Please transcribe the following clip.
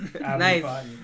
nice